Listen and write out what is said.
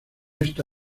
esta